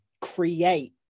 create